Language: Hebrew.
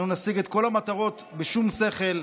אנו נשיג את כל המטרות בשום שכל,